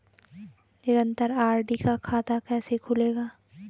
निरन्तर आर.डी का खाता कैसे खुलेगा?